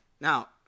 Now